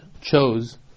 chose